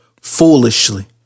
Foolishly